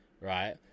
right